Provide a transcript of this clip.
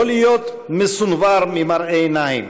לא להיות מסונוור ממראה עיניים,